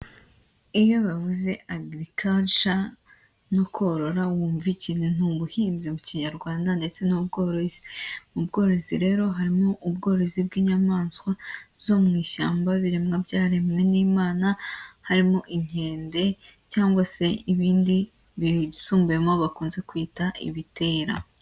Iyo bavuze agirikaca no korora wumva iki? Ni ubuhinzi mu kinyarwanda ndetse n'ubworozi, mu bworozi rero harimo ubworozi bw'inyamaswa zo mu ishyamba ibiremwa byaremwe n'lmana harimo inkende cyangwa se ibindi bisumbuyemo bakunze kwita ibitera.